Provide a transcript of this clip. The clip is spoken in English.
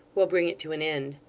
will bring it to an end.